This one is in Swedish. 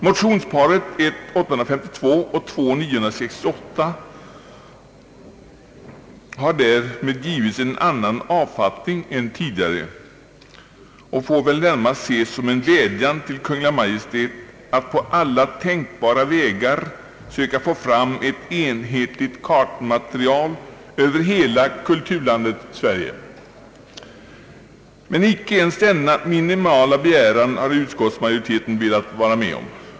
Motionsparet 1:852 och II:968 har därför givits en annan avfattning än under tidigare år och får väl närmast ses som en vädjan till Kungl. Maj:t att på alla tänkbara vägar söka få fram ett enhetligt kartmaterial över hela kulturlandet Sverige. Inte ens denna minimala begäran har utskottsmajoriteten velat vara med om.